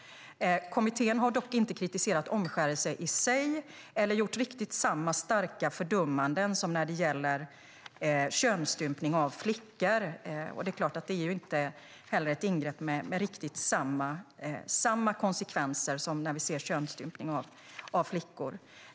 Kommittén har dock inte kritiserat omskärelse i sig eller uttalat riktigt samma starka fördömanden som när det gäller könsstympning av flickor. Det är inte heller ett ingrepp med riktigt samma konsekvenser som vid könsstympning av flickor.